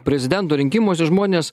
prezidento rinkimuose žmonės